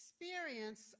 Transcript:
experience